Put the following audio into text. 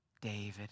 David